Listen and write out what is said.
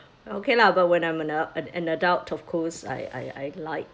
okay lah but when I'm a an an adult of course I I like